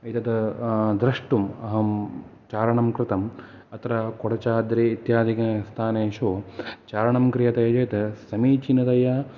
एतत् द्रष्टुम् अहम् चारणं कृतम् तत्र कोडचाद्रि इत्यादिकस्थानेषु चारणं क्रियते चेत् समीचीनतया